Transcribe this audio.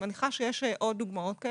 אני מניחה שיש עוד דוגמאות.